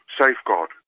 safeguard